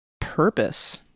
purpose